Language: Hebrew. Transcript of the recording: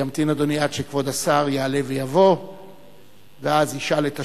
ימתין אדוני עד שכבוד השר יעלה ויבוא ואז ישאל את השאלה